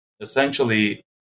essentially